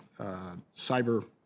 cyber